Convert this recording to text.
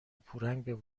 پورنگ